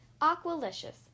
aqualicious